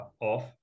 off